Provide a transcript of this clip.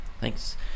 Thanks